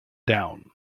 down